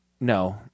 no